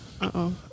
Uh-oh